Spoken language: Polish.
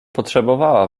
potrzebowała